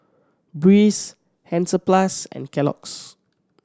Breeze Hansaplast and Kellogg's